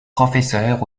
professeure